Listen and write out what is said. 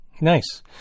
Nice